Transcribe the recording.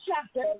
chapter